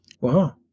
Wow